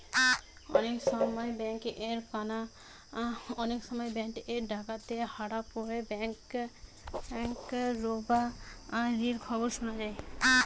অনেক সময় বেঙ্ক এ ডাকাতের হানা পড়ে ব্যাঙ্ক রোবারির খবর শুনা যায়